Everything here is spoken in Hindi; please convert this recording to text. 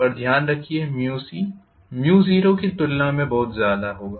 पर ध्यान रखिये cc की तुलना में बहुत ज्यादा होगा